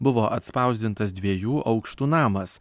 buvo atspausdintas dviejų aukštų namas